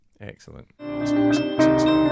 Excellent